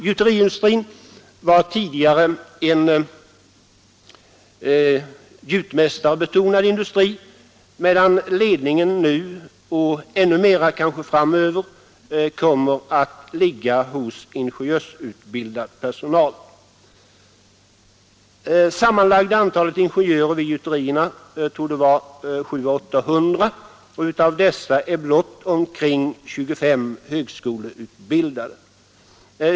Denna var tidigare gjutmästarbetonad medan ledningen nu och kanske ännu mera framöver kommer att ligga hos ingenjörsutbildad personal. Sammanlagda antalet ingenjörer vid gjuterierna torde vara 700 å 800, och av dessa är blott omkring 25 högskoleutbildade.